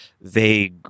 vague